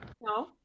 No